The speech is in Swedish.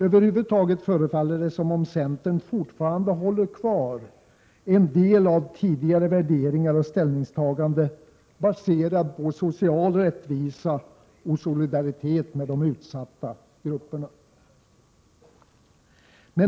Över huvud taget förefaller det som om centern fortfarande har kvar en del av tidigare värderingar och ställningstaganden, baserade på social rättvisa och solidaritet med de mest utsatta grupperna.